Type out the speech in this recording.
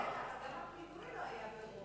גם הפינוי לא היה ברוב,